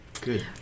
Good